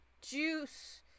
juice